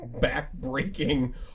back-breaking